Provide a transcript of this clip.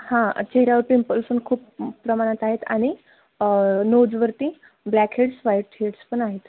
हां चेहऱ्यावर पिंपल्स पण खूप प्रमाणात आहेत आणि नोजवरती ब्लॅक हेड्स व्हाईट हेड्स पण आहेत